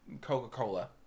Coca-Cola